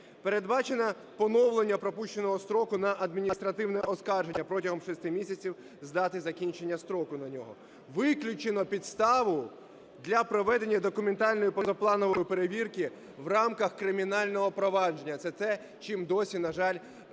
Передбачено поновлення пропущеного строку на адміністративне оскарження – протягом шести місяців з дати закінчення строку на нього. Виключено підставу для проведення документальної позапланової перевірки в рамках кримінального провадження – це те, чим досі, на жаль, зловживають